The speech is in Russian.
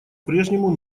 прежнему